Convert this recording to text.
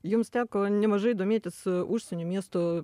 jums teko nemažai domėtis užsienio miestų